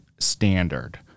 standard